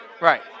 Right